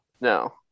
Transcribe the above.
No